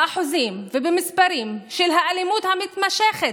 באחוזים ובמספרים, של אלימות המתמשכת,